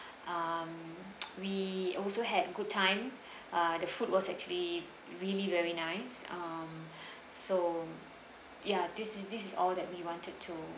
um we also had good time uh the food was actually really very nice um so ya this is this is all that we wanted to